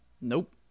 Nope